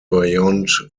beyond